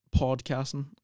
podcasting